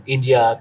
India